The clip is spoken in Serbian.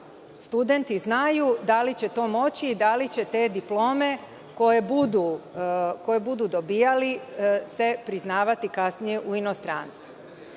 studenti znaju da li će to moći, da li će se te diplome koje budu dobijali priznavati kasnije u inostranstvu. Naravno,